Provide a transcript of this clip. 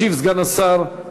ישיב סגן השר על